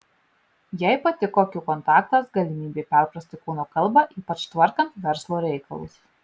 jai patiko akių kontaktas galimybė perprasti kūno kalbą ypač tvarkant verslo reikalus